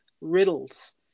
riddles